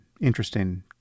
interesting